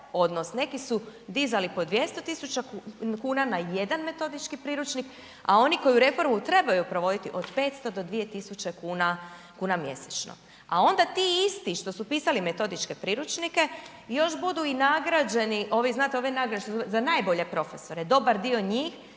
neki su dizali 200.000,00 kn na jedan metodički priručnik, a oni koji reformu trebaju provoditi od 500 do 2.000,00 kn, kuna mjesečno, a onda ti isti što su pisali metodičke priručnike još budu i nagrađeni, ovi, znate ove nagrade što su dobili za najbolje profesore, dobar dio njih